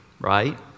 right